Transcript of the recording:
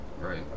Right